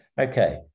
Okay